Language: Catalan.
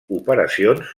operacions